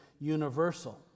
universal